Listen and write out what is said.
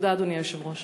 תודה, אדוני היושב-ראש.